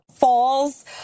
falls